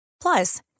Plus